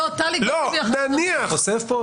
נניח.